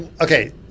okay